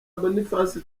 boniface